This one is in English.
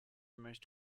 most